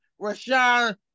Rashawn